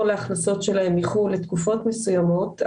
להכנסות שלהם מחוץ לארץ לתקופות מסוימות,